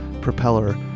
propeller